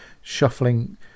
shuffling